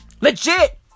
Legit